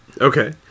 okay